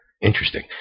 Interesting